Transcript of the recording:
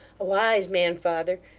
a wise man, father,